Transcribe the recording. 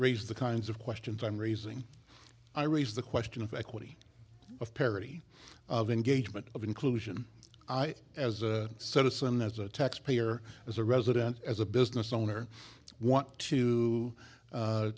raise the kinds of questions i'm raising i raise the question of equity of parity of engagement of inclusion as a citizen as a taxpayer as a resident as a business owner want to